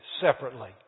separately